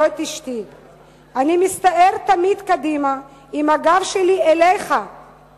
את אשתי / אני מסתער תמיד קדימה / עם הגב שלי אליך /